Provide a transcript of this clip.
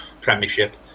premiership